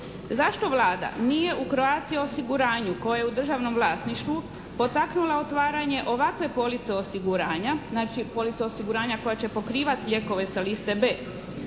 zašto Vlada nije u "Croatia osiguranju" koje je u državnom vlasništvu potaknula otvaranje ovakve police osiguranja, znači police osiguranja koja će pokrivati lijekove sa liste B?